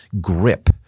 grip